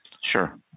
Sure